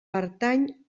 pertany